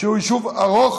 שהוא יישוב ארוך